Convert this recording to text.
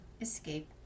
escape